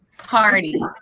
party